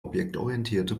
objektorientierte